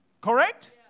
Correct